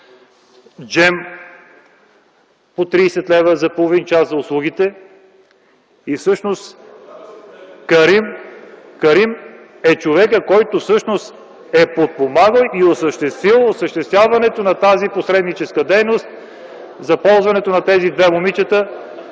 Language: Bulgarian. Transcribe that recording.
Джем по 30 лв. за половин час за услугите и всъщност Карим е човекът, който е подпомагал осъществяването на тази посредническа дейност за ползването на тези две момичета